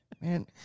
Man